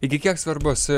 iki kiek svarbios